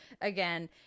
again